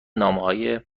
نامههای